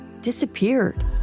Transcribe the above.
disappeared